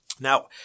Now